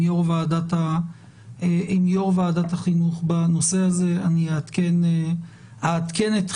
יו"ר ועדת החינוך בנושא הזה ואני אעדכן אתכם.